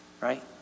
right